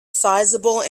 sizeable